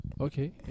okay